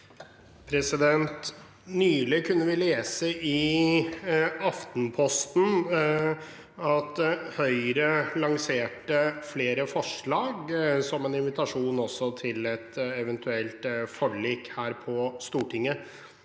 Nylig kunne vi lese i Aftenposten at Høyre lanserte flere forslag som en invitasjon til et eventuelt forlik her på Stortinget.